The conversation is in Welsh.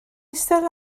eistedd